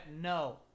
no